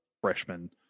freshman